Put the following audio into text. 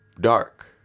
dark